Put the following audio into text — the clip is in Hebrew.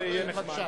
זה יהיה נחמד.